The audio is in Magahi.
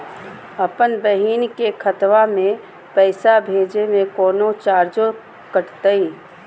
अपन बहिन के खतवा में पैसा भेजे में कौनो चार्जो कटतई?